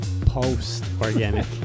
post-organic